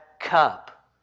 cup